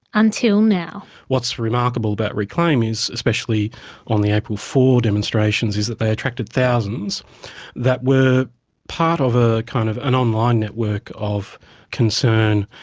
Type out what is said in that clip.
until now. what's remarkable about reclaim is, especially on the april four demonstrations, is that they attracted thousands that were part of ah kind of an online network of concern,